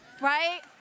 right